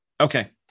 Okay